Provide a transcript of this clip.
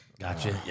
gotcha